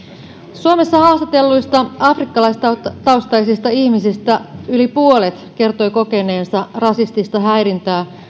suomessa haastatelluista afrikkalaistaustaisista ihmisistä yli puolet kertoi kokeneensa rasistista häirintää